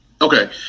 Okay